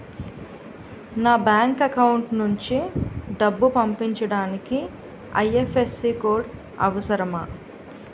నా bank account నుంచి డబ్బు పంపించడానికి ఐ.ఎఫ్.ఎస్.సి కోడ్ అవసరమా?